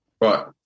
Right